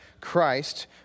Christ